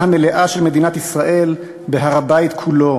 המלאה של מדינת ישראל בהר-הבית כולו,